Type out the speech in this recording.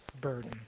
burden